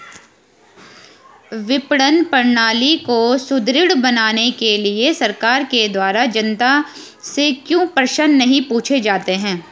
विपणन प्रणाली को सुदृढ़ बनाने के लिए सरकार के द्वारा जनता से क्यों प्रश्न नहीं पूछे जाते हैं?